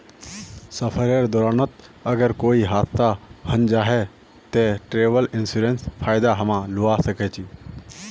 सफरेर दौरान अगर कोए हादसा हन जाहा ते ट्रेवल इन्सुरेंसर फायदा हमरा लुआ सकोही